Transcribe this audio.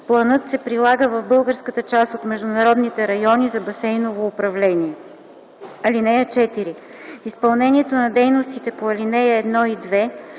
планът се прилага в българската част от международните райони за басейново управление. (4) Изпълнението на дейностите по ал. 1 и 2